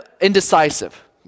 indecisive